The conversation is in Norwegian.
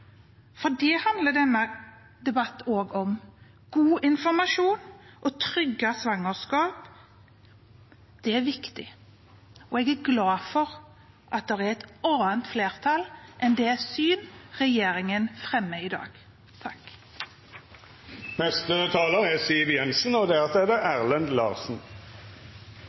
for det handler denne debatten også om. God informasjon og trygge svangerskap er viktig, og jeg er glad for at det er et annet flertall enn for det syn regjeringen fremmer i dag. Jeg har dyp respekt for at det er ulike syn i denne saken. Fremskrittspartiet er